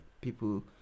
people